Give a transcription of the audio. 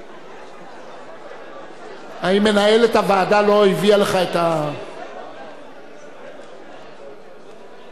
106), התשע"ב 2012, לקריאה שנייה ולקריאה שלישית.